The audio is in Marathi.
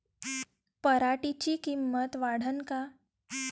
पराटीची किंमत वाढन का?